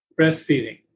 breastfeeding